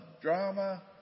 drama